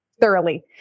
thoroughly